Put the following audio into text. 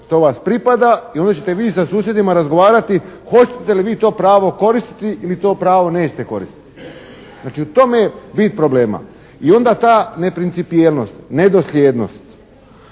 to vas pripada i onda ćete vi sa susjedima razgovarati hoćete li vi to pravo koristiti ili to pravo neće koristiti. Znači, u tome je bit problema. I onda ta neprincipijelnost, nedosljednost